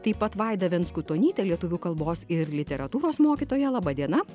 taip pat vaida venskutonytė lietuvių kalbos ir literatūros mokytoja labadiena